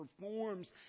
performs